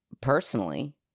personally